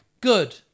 Good